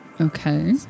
Okay